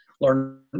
learn